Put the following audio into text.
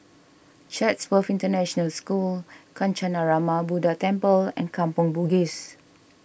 Chatsworth International School Kancanarama Buddha Temple and Kampong Bugis